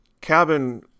cabin